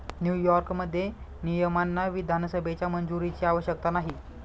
न्यूयॉर्कमध्ये, नियमांना विधानसभेच्या मंजुरीची आवश्यकता नाही